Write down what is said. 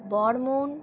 Barman